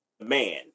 man